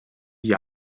gli